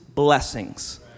blessings